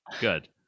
good